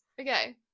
Okay